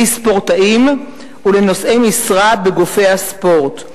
לספורטאים ולנושאי משרה בגופי הספורט.